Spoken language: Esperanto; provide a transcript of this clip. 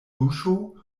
buŝo